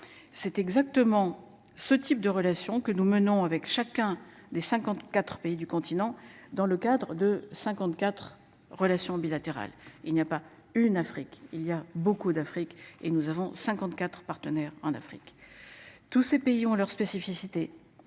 C'est exactement ce type de relation que nous menons avec chacun des 54 pays du continent dans le cadre de 54 relations bilatérales. Il n'y a pas une Afrique il y a beaucoup d'Afrique et nous avons 54 partenaires en Afrique. Tous ces pays ont leur spécificité,